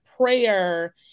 Prayer